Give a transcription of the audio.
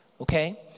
Okay